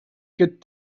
kit